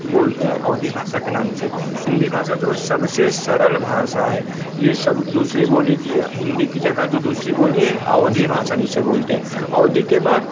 बोलते हैं अवधी भाषा के नाम से हिंदी भाषा जो सबसे सरल भाषा है यह सब दूसरी बोली हिंदी की जगह जो दूसरी बोली है अवधी भाषा जैसे बोलते हैं अवधी के बाद